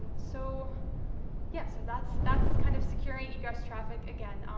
and so yeah, so that's that's kind of securing egress traffic again. um